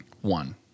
One